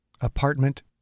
Apartment